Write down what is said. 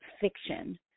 fiction